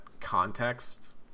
context